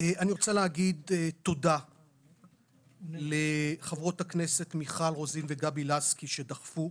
אני רוצה להגיד תודה לחברות הכנסת מיכל רוזין וגבי לסקי שדחפו,